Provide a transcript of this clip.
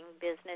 business